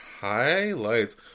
highlights